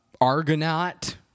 argonaut